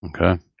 okay